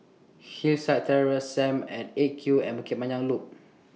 Hillside Terrace SAM At eight Q and Bukit Panjang Loop